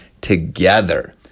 together